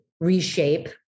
reshape